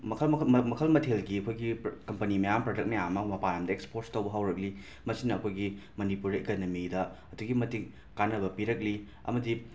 ꯃꯈꯜ ꯃꯈꯜ ꯃ ꯃꯈꯜ ꯃꯊꯦꯜꯒꯤ ꯑꯩꯈꯣꯏꯒꯤ ꯄꯔ ꯀꯝꯄꯅꯤ ꯃꯌꯥꯝ ꯄꯔꯗꯛ ꯃꯌꯥꯝ ꯑꯃ ꯃꯄꯥꯟꯗ ꯑꯦꯛꯁꯄꯣꯔꯁ ꯇꯧꯕ ꯍꯧꯔꯛꯂꯤ ꯃꯁꯤꯅ ꯑꯩꯈꯣꯏꯒꯤ ꯃꯅꯤꯄꯨꯔ ꯏꯀꯅꯃꯤꯗ ꯑꯗꯨꯛꯀꯤ ꯃꯇꯤꯛ ꯀꯥꯟꯅꯕ ꯄꯤꯔꯛꯂꯤ ꯑꯃꯗꯤ